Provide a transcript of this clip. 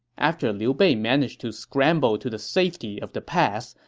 after liu bei managed to scramble to the safety of the pass,